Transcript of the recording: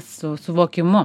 su suvokimu